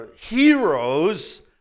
heroes